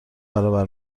برابر